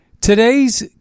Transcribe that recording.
Today's